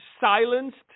silenced